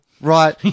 Right